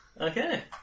Okay